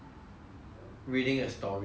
I think very err